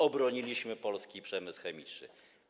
Obroniliśmy polski przemysł chemiczny.